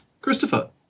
Christopher